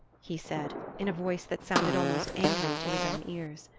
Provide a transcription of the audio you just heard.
he said, in a voice that sounded almost angry to his own ears.